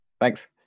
thanks